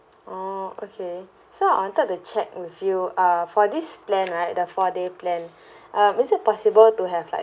oh okay so I wanted to check with you uh for this plan right the four day plan uh is it possible to have like